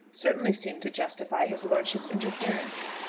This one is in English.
certainly seemed to justify his lordship's interference.